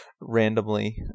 randomly